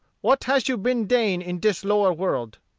what hash you been dain in dis lower world?